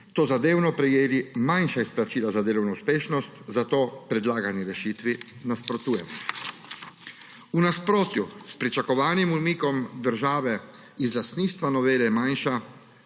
tozadevno prejeli manjša izplačila za delovno uspešnost, zato predlagani rešitvi nasprotujemo. V nasprotju s pričakovanim umikom države iz lastništva novela manjša